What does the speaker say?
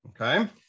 okay